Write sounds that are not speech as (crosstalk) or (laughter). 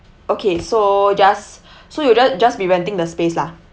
okay so just (breath) so you will just just be renting the space lah